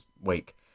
week